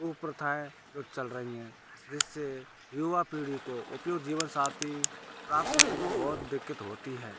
कुप्रथाएँ जो चल रही हैं जिससे युवा पीढ़ी को उपयुक्त जीवनसाथी प्राप्त करने में बहुत दिक्कत होती है